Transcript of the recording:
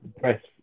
press